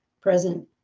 present